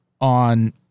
on